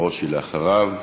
חבר הכנסת ברושי, אחריו.